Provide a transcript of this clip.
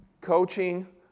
coaching